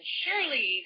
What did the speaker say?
surely